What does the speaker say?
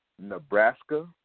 Nebraska